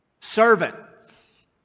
servants